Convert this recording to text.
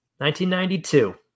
1992